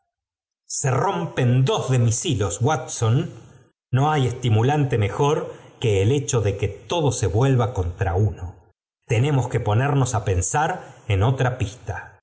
se rompen dos de mis hilos watson no hay estimulante mejor que el hecho de que todo se vuelva contra uno tenemos que ponernos á pensar en otra pista